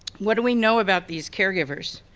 what do we know about these caregivers?